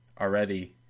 already